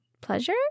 pleasure